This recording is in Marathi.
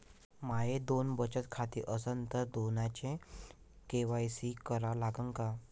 माये दोन बचत खाते असन तर दोन्हीचा के.वाय.सी करा लागन का?